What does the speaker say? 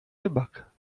rybak